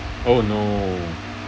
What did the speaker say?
oh no